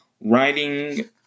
Writing